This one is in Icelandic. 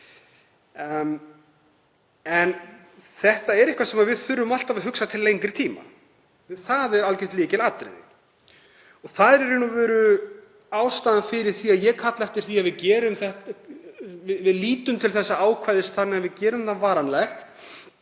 Þetta er eitthvað sem við þurfum alltaf að hugsa til lengri tíma. Það er algjört lykilatriði og er í raun og veru ástæðan fyrir því að ég kalla eftir því að við lítum til þessa ákvæðis þannig að við gerum þetta varanlegt,